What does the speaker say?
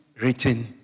written